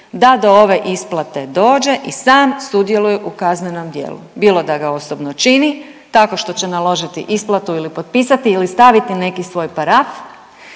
da do ove isplate dođe i sam sudjeluje u kaznenom djelu bilo da ga osobno čini tako što će naložiti isplatu ili potpisati ili potpisati ili staviti neki svoj paraf